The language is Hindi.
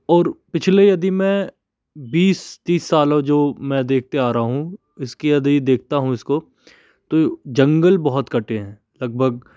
और पिछले यदि मैं बीस तीस सालों जो मैं देखते आ रहा हूँ इसकी यदि देखता हूँ इसको तो जंगल बहुत करते हैं लगभग